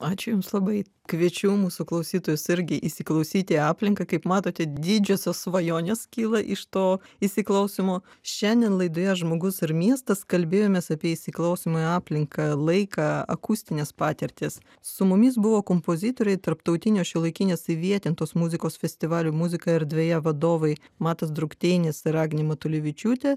ačiū jums labai kviečiu mūsų klausytojus irgi įsiklausyti į aplinką kaip matote didžiosios svajonės kyla iš to įsiklausymo šiandien laidoje žmogus ar miestas kalbėjomės apie įsiklausymo į aplinką laiką akustines patirtis su mumis buvo kompozitoriai tarptautinio šiuolaikinės įvietintos muzikos festivalio muzika erdvėje vadovai matas drukteinis ir agnė matulevičiūtė